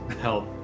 Help